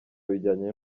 bijyanye